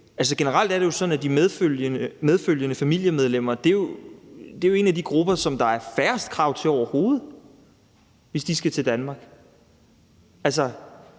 Generelt er det jo sådan, at de medfølgende familiemedlemmer er en af de grupper, som der er færrest krav til overhovedet, hvis de skal til Danmark.